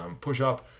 push-up